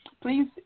please